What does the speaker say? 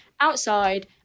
Outside